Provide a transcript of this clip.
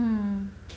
mm